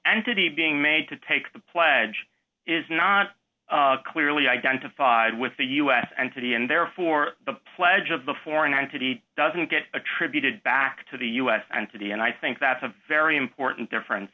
entity being made to take the pledge is not clearly identified with the us and city and therefore the pledge of the foreign entity doesn't get attributed back to the us and to the end i think that's a very important difference